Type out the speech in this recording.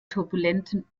turbulenten